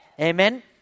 Amen